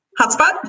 hotspot